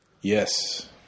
Yes